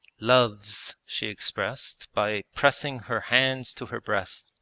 loves she expressed by pressing her hands to her breast,